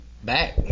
back